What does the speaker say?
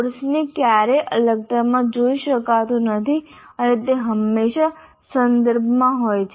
કોર્સને ક્યારેય અલગતામાં જોઈ શકાતો નથી અને તે હંમેશા સંદર્ભમાં હોય છે